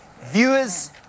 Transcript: Viewers